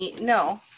No